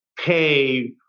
pay